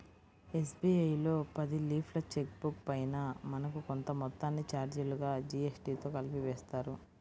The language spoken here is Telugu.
ఎస్.బీ.ఐ లో పది లీఫ్ల చెక్ బుక్ పైన మనకు కొంత మొత్తాన్ని చార్జీలుగా జీఎస్టీతో కలిపి వేస్తారు